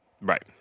Right